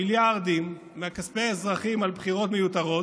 מיליארדים מכספי אזרחים על בחירות מיותרות,